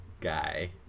guy